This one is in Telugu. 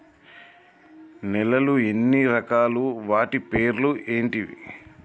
నేలలు ఎన్ని రకాలు? వాటి పేర్లు ఏంటివి?